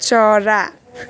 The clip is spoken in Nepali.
चरा